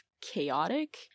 chaotic